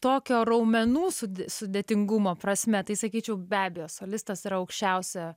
tokio raumenų su sudėtingumo prasme tai sakyčiau be abejo solistas yra aukščiausia